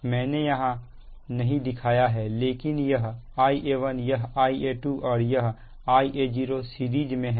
मैंने यहां नहीं दिखाया है लेकिन यह Ia1यह Ia2 और यह Ia0 सीरीज में है